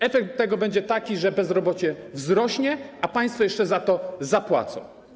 Efekt tego będzie taki, że bezrobocie wzrośnie, a państwo jeszcze za to zapłacą.